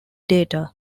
data